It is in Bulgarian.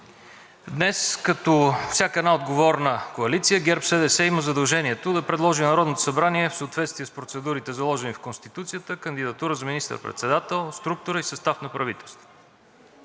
днес като всяка една отговорна коалиция ГЕРБ-СДС има задължението да предложи на Народното събрание в съответствие с процедурите, заложени в Конституцията, кандидатура за министър-председател, структура и състав на правителство,